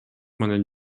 менен